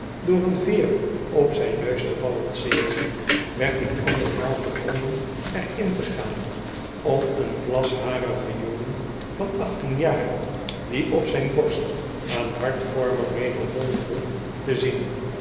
door een veer op zijn neus te balanceeren werd ik andermaal gedrongen er in te gaan om een vlasharigen jongen van achttien jaar die op zijn borst een hartvormig medaillon droeg te zien